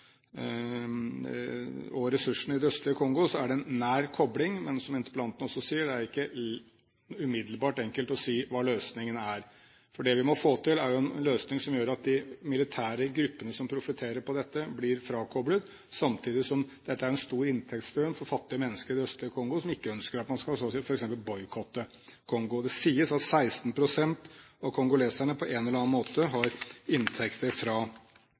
og ressursene i det østlige Kongo, så er det en nær kobling. Men som interpellanten også sier, det er ikke umiddelbart enkelt å si hva løsningen er. Det vi må få til, er en løsning som gjør at de militære gruppene som profitterer på dette, blir frakoblet. Samtidig er dette en stor inntektsstrøm for fattige mennesker i det østlige Kongo, som ikke ønsker at man f.eks. skal boikotte Kongo. Det sies at 16 pst. av kongoleserne på en eller annen måte har inntekter fra